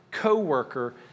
co-worker